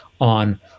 on